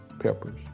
peppers